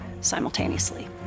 simultaneously